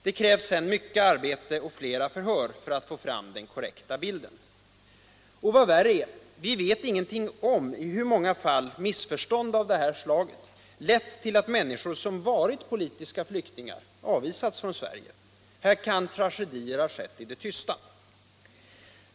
Det krävs mycket arbete och flera förhör för att få fram den korrekta bilden. Vad värre är: Vi vet ingenting om i hur många fall missförstånd av detta slag lett till att människor som varit politiska flyktingar avvisats från Sverige. Här kan tragedier ha skett i det tysta.